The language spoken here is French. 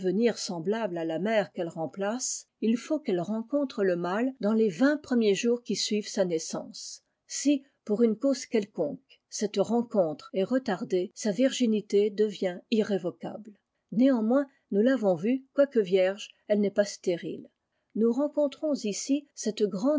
semblable à la mère qu'elle remplace il faut qu'elle rencontre le mâle dans les vingt premiers jours qui suivent sa naissance si pour une cause quelconque cette rencontre est retardée sa virginité devient irrévocable néanmoins nous l'avons vu quoique vierge elle n'est pas stérile nous rencontrons ici cette grande